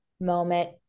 moment